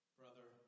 brother